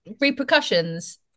repercussions